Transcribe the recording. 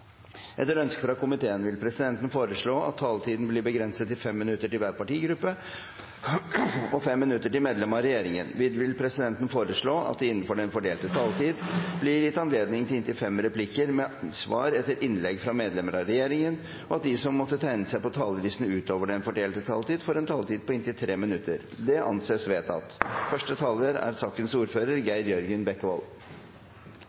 Etter ønske fra familie- og kulturkomiteen vil presidenten foreslå at taletiden blir begrenset til 5 minutter til hver partigruppe og 5 minutter til medlemmer av regjeringen. Videre vil presidenten foreslå at det – innenfor den fordelte taletid – blir gitt anledning til inntil fem replikker med svar etter innlegg fra medlemmer av regjeringen, og at de som måtte tegne seg på talerlisten utover den fordelte taletid, får en taletid på inntil 3 minutter. – Det anses vedtatt. Mediemangfold er